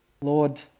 Lord